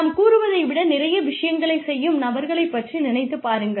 நாம் கூறுவதை விட நிறைய விஷயங்களைச் செய்யும் நபர்களைப்பற்றி நினைத்துப் பாருங்கள்